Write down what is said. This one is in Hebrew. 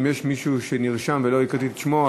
אם יש מישהו שנרשם ולא הקראתי את שמו,